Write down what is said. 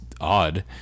odd